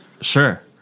Sure